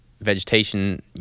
vegetation